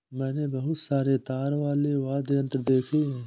मैंने बहुत सारे तार वाले वाद्य यंत्र देखे हैं